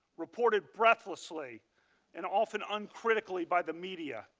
reported breathlessly and often uncritically by the media.